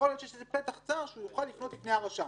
להיות שיש פתח צר שהוא יוכל לפנות לרשם